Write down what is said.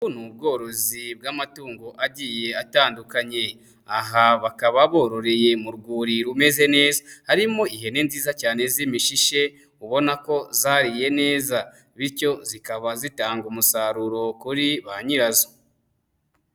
Ni ubworozi bw'amatungo agiye atandukanye, aha bakaba bororeye mu rwuri rumeze neza. Harimo ihene nziza cyane z'imishishe, ubona ko zariye neza bityo zikaba zitanga umusaruro kuri ba nyirazo.